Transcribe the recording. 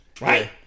Right